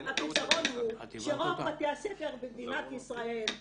רוב בתי הספר במדינת ישראל,